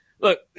Look